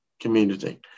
community